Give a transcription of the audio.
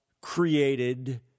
created